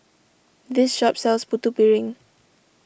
this shop sells Putu Piring